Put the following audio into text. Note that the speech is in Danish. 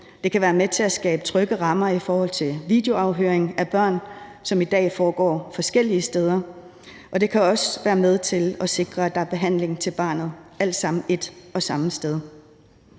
Det kan være med til at skabe trygge rammer i forhold til videoafhøring af børn, som i dag foregår forskellige steder, og det kan også være med til at sikre, at der er behandling til barnet – alt sammen et og samme sted.